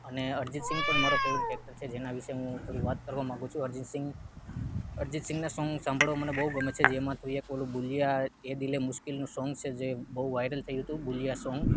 અને અરિજિત સિંગ પણ મારો ફેવરેટ એક્ટર છે જેના વિશે હું થોડીક વાત કરવા માંગુ છું અરિજિત સિંગ અરિજિત સિંગના સોંગ સાંભળવા મને બહુ ગમે છે જેમાં હતું એક ઓલું ગુલિયા એ દિલ હે મુશ્કિલનું સોંગ સે જે બહુ વાયરલ થયું હતું ગુલિયાર સોંગ